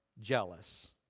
jealous